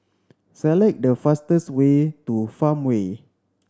select the fastest way to Farmway